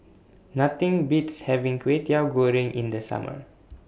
Nothing Beats having Kway Teow Goreng in The Summer